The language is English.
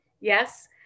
Yes